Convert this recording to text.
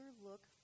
look